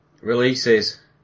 releases